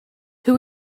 who